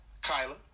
Kyla